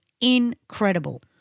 incredible